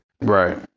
right